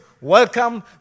welcome